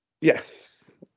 Yes